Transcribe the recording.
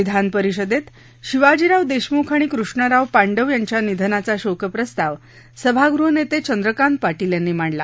विधानपरिषदेत शिवाजीराव देशमुख आणि कृष्णराव पांडव यांच्या निधनाचा शोकप्रस्ताव सभागृह नेते चंद्रकांत पाटील यांनी मांडला